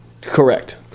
Correct